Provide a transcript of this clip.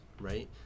right